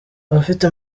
abafite